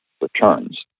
returns